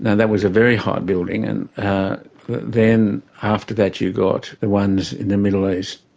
and that was a very high building and then, after that, you got the ones in the middle east.